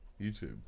YouTube